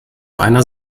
einer